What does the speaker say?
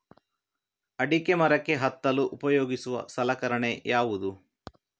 ಅಡಿಕೆ ಮರಕ್ಕೆ ಹತ್ತಲು ಉಪಯೋಗಿಸುವ ಸಲಕರಣೆ ಯಾವುದು?